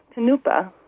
thunupa,